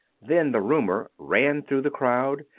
then the rumour ran through the crowd,